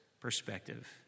perspective